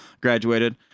Graduated